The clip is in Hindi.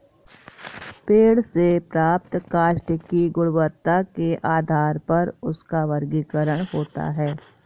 पेड़ से प्राप्त काष्ठ की गुणवत्ता के आधार पर उसका वर्गीकरण होता है